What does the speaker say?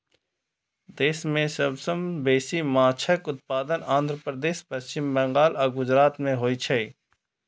देश मे सबसं बेसी माछक उत्पादन आंध्र प्रदेश, पश्चिम बंगाल आ गुजरात मे होइ छै